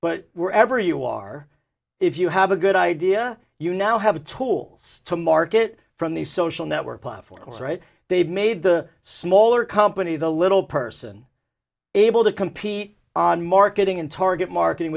but were ever you are if you have a good idea you now have the tools to market from the social network platforms right they've made the smaller company the little person able to compete on marketing and target marketing